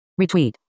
Retweet